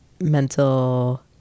mental